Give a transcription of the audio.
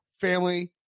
family